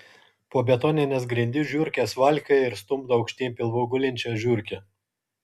po betonines grindis žiurkės valkioja ir stumdo aukštyn pilvu gulinčią žiurkę